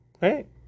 right